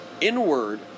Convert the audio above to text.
Inward